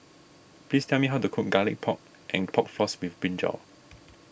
please tell me how to cook Garlic Pork and Pork Floss with Brinjal